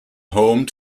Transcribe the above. home